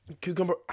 Cucumber